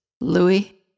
Louis